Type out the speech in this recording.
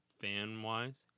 fan-wise